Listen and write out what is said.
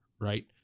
right